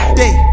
day